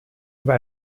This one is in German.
über